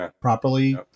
properly